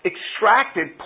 Extracted